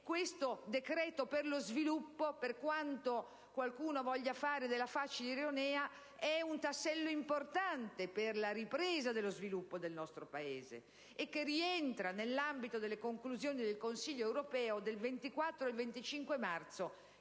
questo decreto per lo sviluppo, per quanto qualcuno voglia fare della facile ironia, è un tassello importante per la ripresa dello sviluppo del nostro Paese, che rientra nell'ambito delle conclusioni del Consiglio europeo del 24 e 25 marzo